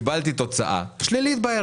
קיבלתי תוצאה שלילית.